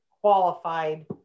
qualified